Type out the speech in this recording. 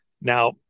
Now